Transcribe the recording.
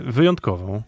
wyjątkową